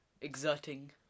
exerting